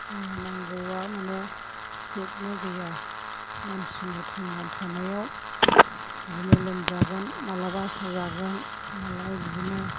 जोंनि नांगौआ माने जोबनो गैया मानसिनि थांनानै थानायाव बिदिनो लोमजागोन मालाबा साजागोन मालाबा बिदिनो